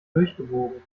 durchgebogen